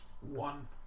One